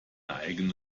eigene